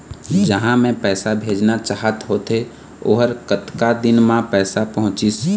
जहां मैं पैसा भेजना चाहत होथे ओहर कतका दिन मा पैसा पहुंचिस?